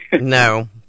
No